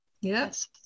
Yes